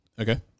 Okay